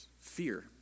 fear